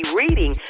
reading